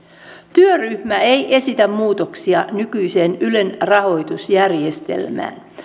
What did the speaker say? työryhmä ei esitä muutoksia nykyiseen ylen rahoitusjärjestelmään